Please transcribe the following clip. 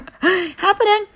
happening